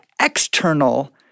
external